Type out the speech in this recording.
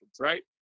Right